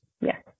Yes